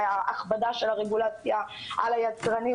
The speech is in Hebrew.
וההכבדה של הרגולציה על היצרנים,